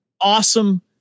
awesome